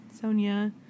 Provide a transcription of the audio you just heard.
Sonia